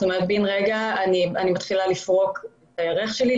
בין רגע אני מתחילה לפרוק את הירך שלי,